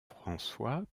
françois